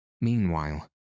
Meanwhile